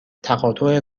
تقاطع